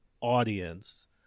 audience